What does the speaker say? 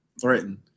threatened